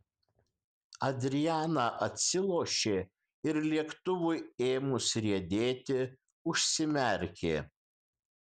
adriana atsilošė ir lėktuvui ėmus riedėti užsimerkė